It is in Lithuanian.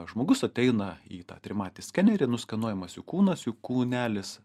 žmogus ateina į tą trimatį skenerį nuskenuojamas jų kūnas jų kūnelis